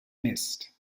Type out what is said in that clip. missed